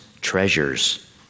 treasures